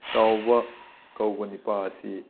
ꯆꯥꯎꯕ ꯀꯧꯕ ꯅꯤꯄꯥ ꯑꯁꯤ